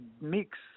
mix